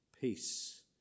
peace